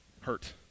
hurt